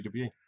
WWE